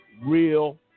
real